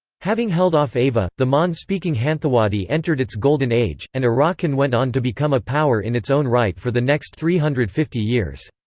having held off ava, the mon-speaking hanthawaddy entered its golden age, and arakan went on to become a power in its own right for the next three hundred and fifty years.